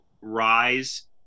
rise